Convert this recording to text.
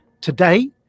Today